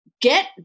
get